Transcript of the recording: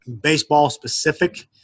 baseball-specific